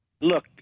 Look